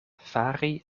fari